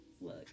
look